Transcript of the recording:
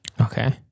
Okay